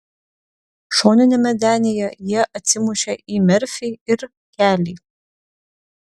šoniniame denyje jie atsimušė į merfį ir kelį